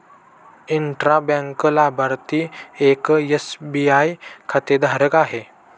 intra bank लाभार्थी एक SBI खातेधारक आहे